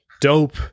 dope